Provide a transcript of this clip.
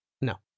No